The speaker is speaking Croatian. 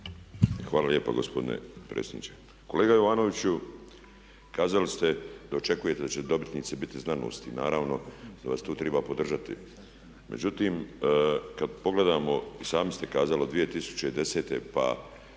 Hvala lijepa gospodine predsjedniče. Kolega Jovanoviću, kazali ste da očekujete da će dobitnici biti znanosti i naravno da vas tu triba podržati. Međutim kad pogledamo i sami ste kazali 2010. pa